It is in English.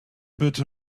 bit